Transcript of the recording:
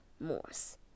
Morse